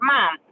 Mom